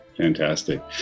Fantastic